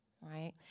right